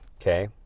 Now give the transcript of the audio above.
Okay